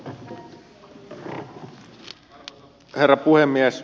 arvoisa herra puhemies